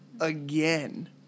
again